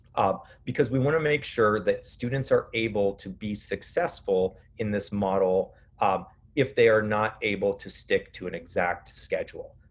um because we wanna make sure that students are able to be successful in this model um if they are not able to stick to an exact schedule.